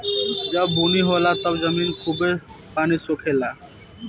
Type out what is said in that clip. जब बुनी होला तब जमीन खूबे पानी सोखे ला